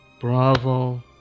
bravo